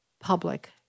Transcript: public